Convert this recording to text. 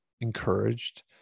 encouraged